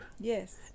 Yes